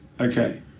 okay